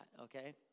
okay